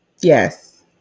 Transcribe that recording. Yes